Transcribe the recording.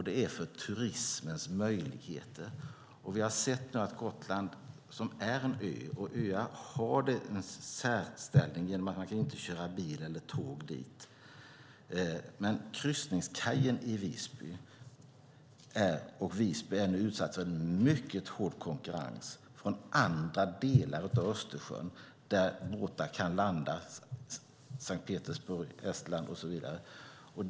Det gäller turismens möjligheter. Gotland är en ö, och öar har en särställning genom att man inte kan köra bil eller tåg dit. Visby och kryssningskajen där är utsatt för mycket hård konkurrens från andra delar av Östersjön där båtar kan landas, som Sankt Petersburg och Estland.